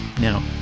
Now